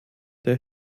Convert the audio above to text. der